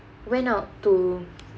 went out to